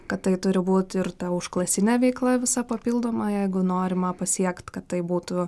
kad tai turi būt ir ta užklasinė veikla visa papildoma jeigu norima pasiekt kad tai būtų